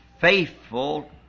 faithful